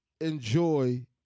enjoy